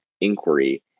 inquiry